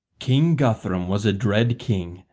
king guthrum was a dread king,